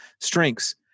strengths